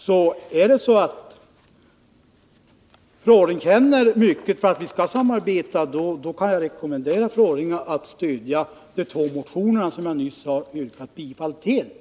Känner fru Orring mycket för ett samarbete kan jag rekommendera henne att stödja de två motioner som jag nyss har yrkat bifall till.